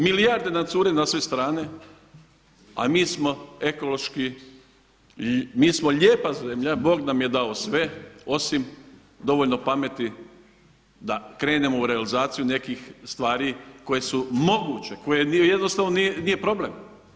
Milijarde nam cure na sve strane, a mi smo ekološki, mi smo lijepa zemlja, Bog nam je dao sve osim dovoljno pameti da krenemo u realizaciju nekih stvari koje su moguće, koje jednostavno nisu problem.